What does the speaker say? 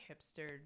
hipster